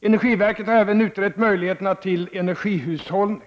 Energiverket har även utrett möjligheterna till energihushållning.